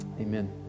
Amen